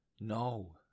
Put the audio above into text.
no